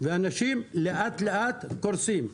ואנשים לאט לאט קורסים.